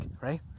right